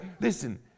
Listen